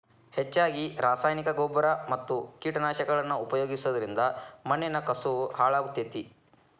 ಹೆಚ್ಚಗಿ ರಾಸಾಯನಿಕನ ಗೊಬ್ಬರ ಮತ್ತ ಕೇಟನಾಶಕಗಳನ್ನ ಉಪಯೋಗಿಸೋದರಿಂದ ಮಣ್ಣಿನ ಕಸವು ಹಾಳಾಗ್ತೇತಿ